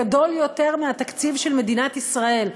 גדול יותר מהתקציב של מדינת ישראל,